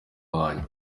wanjye